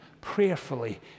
prayerfully